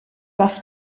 parce